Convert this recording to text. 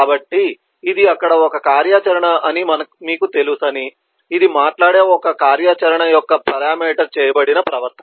కాబట్టి ఇది అక్కడ ఒక కార్యాచరణ అని మీకు తెలుసని ఇది మాట్లాడే ఒక కార్యాచరణ యొక్క పారామీటర్ చేయబడిన ప్రవర్తన